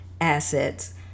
assets